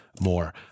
more